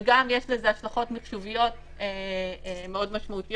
וגם יש לזה השלכות מחשוביות מאוד משמעותיות: